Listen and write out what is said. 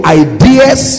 ideas